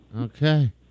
Okay